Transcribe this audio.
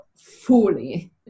fully